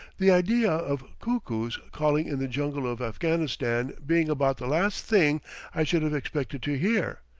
the idea of cuckoos calling in the jungles of afghanistan being about the last thing i should have expected to hear,